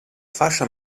fascia